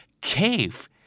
cave